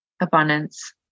abundance